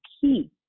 key